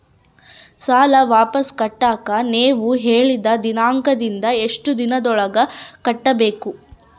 ಸಾಲ ವಾಪಸ್ ಕಟ್ಟಕ ನೇವು ಹೇಳಿದ ದಿನಾಂಕದಿಂದ ಎಷ್ಟು ದಿನದೊಳಗ ಕಟ್ಟಬೇಕು?